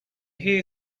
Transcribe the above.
hare